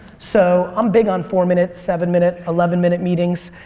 so i'm big on four-minute, seven-minute, eleven minute meetings.